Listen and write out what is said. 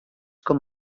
com